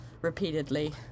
repeatedly